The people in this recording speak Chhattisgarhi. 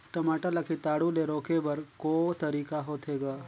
टमाटर ला कीटाणु ले रोके बर को तरीका होथे ग?